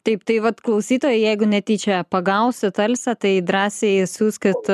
taip tai vat klausytojai jeigu netyčia pagausit alsę tai drąsiai siųskit